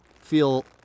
feel